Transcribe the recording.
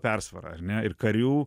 persvarą ar ne ir karių